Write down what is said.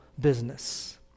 business